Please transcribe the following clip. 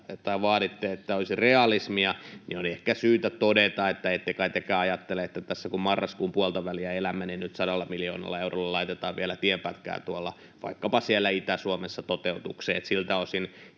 tai vaaditte, että olisi realismia, niin on ehkä syytä todeta, että ette kai tekään ajattele, että tässä kun marraskuun puoltaväliä elämme, niin nyt sadalla miljoonalla eurolla laitetaan vielä tienpätkää vaikkapa siellä Itä-Suomessa toteutukseen. [Hannu Hoskonen: